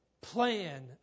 plan